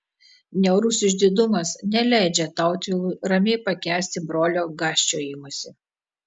niaurus išdidumas neleidžia tautvilui ramiai pakęsti brolio gąsčiojimosi